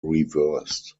reversed